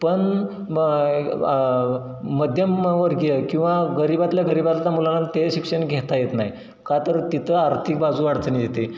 पण म मध्यम वर्गीय किंवा गरीबातल्या गरीबातला मुलांना ते शिक्षण घेता येत नाही का तर तिथे आर्थिक बाजू अडचणीत येते